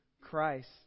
Christ